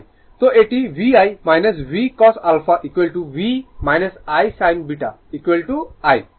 তো এটি V ' I Vcos α V I sin β I